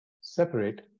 separate